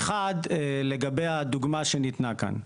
אחד, לגבי הדוגמא שניתנה כאן.